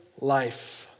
life